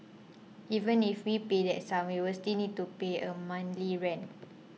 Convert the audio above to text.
even if we pay that sum we will still need to pay a monthly rent